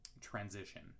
transition